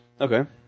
Okay